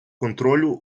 контролю